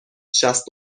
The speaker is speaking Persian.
شصت